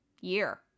year